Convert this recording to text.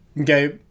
Okay